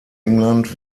england